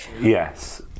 Yes